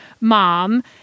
mom